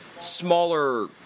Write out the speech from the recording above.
smaller